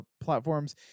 platforms